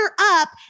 up